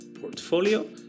portfolio